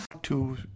two